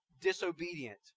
disobedient